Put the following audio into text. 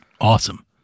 awesome